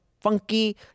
funky